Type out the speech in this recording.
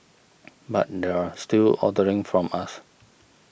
but they're still ordering from us